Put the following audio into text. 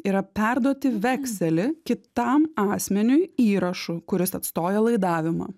yra perduoti vekselį kitam asmeniui įrašu kuris atstoja laidavimą